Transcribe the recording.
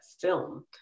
film